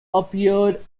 appeared